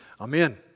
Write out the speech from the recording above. Amen